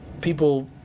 people